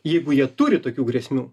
jeigu jie turi tokių grėsmių